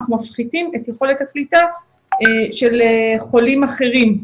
אנחנו מפחיתים את יכולת הקליטה של חולים אחרים,